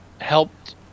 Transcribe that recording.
helped